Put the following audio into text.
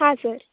ಹಾಂ ಸರ್